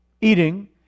eating